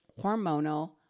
hormonal